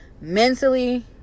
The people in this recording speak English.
Mentally